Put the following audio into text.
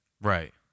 Right